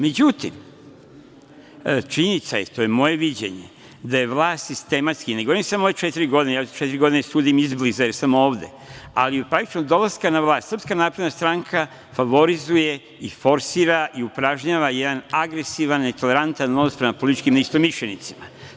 Međutim, činjenica je, to je moje viđenje, da je vlast sistematski, ne govorim samo o ove četiri godine, ja četiri godine sudim izbliza jer sam ovde, ali praktično od dolaska na vlast SNS favorizuje i forsira i upražnjava jedan agresivan, netolerantan odnos prema političkim neistomišljenicima.